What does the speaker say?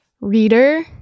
Reader